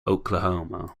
oklahoma